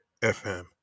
FM